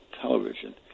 Television